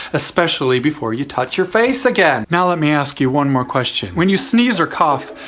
especially before you touch your face again. now let me ask you one more question. when you sneeze or cough,